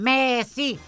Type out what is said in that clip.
Messi